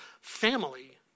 family